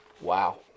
Wow